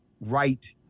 right